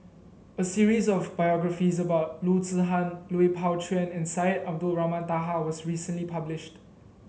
a series of biographies about Loo Zihan Lui Pao Chuen and Syed Abdulrahman Taha was recently published